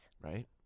Right